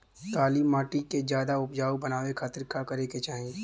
काली माटी के ज्यादा उपजाऊ बनावे खातिर का करे के चाही?